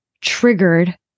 triggered